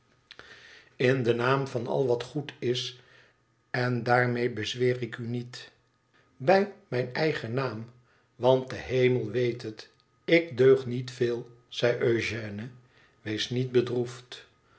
in den naam van al wat goed is en daarmee bezweer ik u niet bij mijn eigennaam want de hemel weet het ik deug niet veel zei eugène wees niet bedroefd